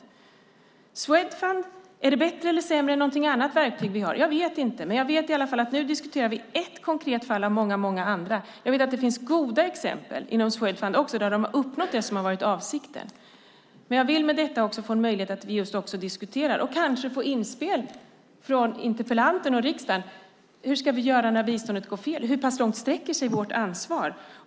Är Swedfund bättre eller sämre än något annat verktyg vi har? Jag vet inte. Men jag vet i alla fall att vi nu diskuterar ett konkret fall bland många andra. Jag vet att det också finns goda exempel inom Swedfund, där de har uppnått det som har varit avsikten. Men jag vill med detta få en möjlighet att just diskutera. Kanske kan vi få inspel från interpellanten och riksdagen när det gäller hur vi ska göra när biståndet går fel. Hur pass långt sträcker sig vårt ansvar?